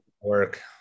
work